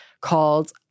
called